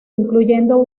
incluyendo